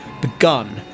begun